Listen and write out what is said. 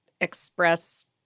express